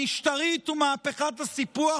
המשטרית ומהפכת הסיפוח,